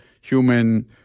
human